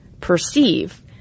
perceive